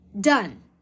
done